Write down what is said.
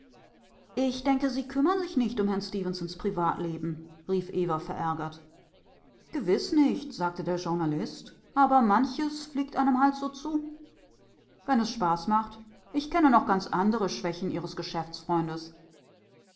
ich denke sie kümmern sich nicht um herrn stefensons privatleben rief eva verärgert gewiß nicht sagte der journalist aber manches fliegt einem halt so zu wenn es spaß macht ich kenne noch ganz andere schwächen ihres